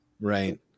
Right